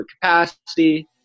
capacity